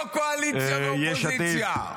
לא קואליציה ואופוזיציה.